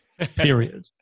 period